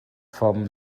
vom